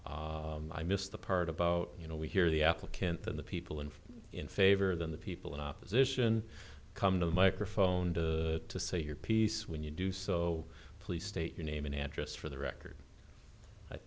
i missed the part about you know we hear the applicant than the people and in favor than the people in opposition come to the microphone to say your piece when you do so please state your name and address for the record i